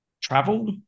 travel